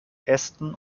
esten